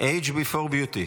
Age before beauty.